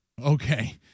Okay